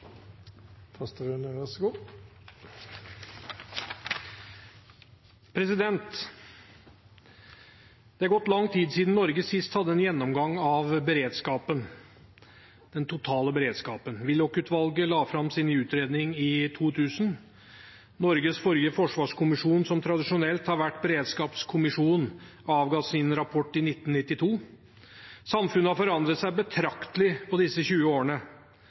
Det har gått lang tid siden Norge sist hadde en gjennomgang av den totale beredskapen. Willoch-utvalget la fram sin utredning i 2000. Norges forrige forsvarskommisjon, som tradisjonelt har vært beredskapskommisjonen, avga sin rapport i 1992. Samfunnet har forandret seg betraktelig på disse 20 årene.